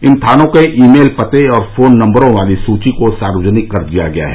इन थानों के email पते और फोन नंबरों वाली सूची को सार्वजनिक कर दिया गया है